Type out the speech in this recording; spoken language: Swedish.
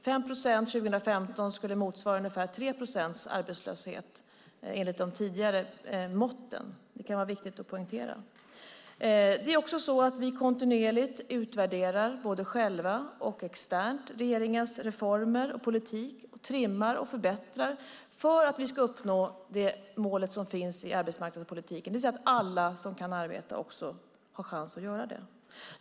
5 procent år 2015 skulle motsvara ungefär 3 procents arbetslöshet enligt de tidigare måtten. Det kan vara viktigt att poängtera. Vi utvärderar kontinuerligt, både själva och externt, regeringens reformer och politik, trimmar och förbättrar för att uppnå det mål som finns i arbetsmarknadspolitiken, att alla som kan arbeta också får chans att göra det.